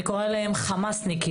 אני קוראת להם חמאסניקים.